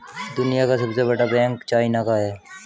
दुनिया का सबसे बड़ा बैंक चाइना का है